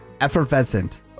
Effervescent